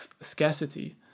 scarcity